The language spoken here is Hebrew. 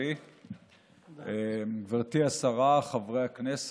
בעשרה בתי חולים בישראל: סורוקה בבאר שבע,